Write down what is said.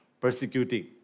persecuting